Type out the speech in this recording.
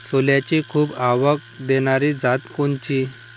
सोल्याची खूप आवक देनारी जात कोनची?